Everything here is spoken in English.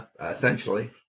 Essentially